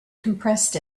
compressed